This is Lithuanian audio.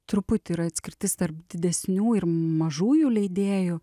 truputį yra atskirtis tarp didesnių ir mažųjų leidėjų